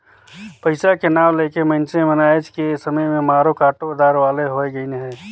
पइसा के नांव ले के मइनसे मन आएज के समे में मारो काटो दार वाले होए गइन अहे